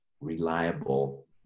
reliable